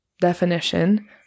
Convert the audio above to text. definition